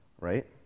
Right